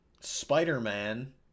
spider-man